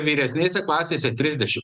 vyresnėse klasėse trisdešim